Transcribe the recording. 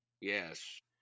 Yes